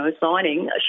signing